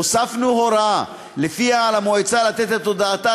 הוספנו הוראה שלפיה על המועצה לתת את הודעתה